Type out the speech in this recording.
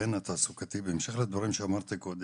בהמשך לדברים שאמרתי קודם.